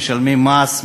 משלמים מס,